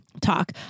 talk